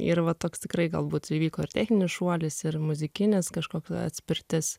ir va toks tikrai galbūt įvyko techninis šuolis ir muzikinis kažkokis atspirtis